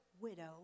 widow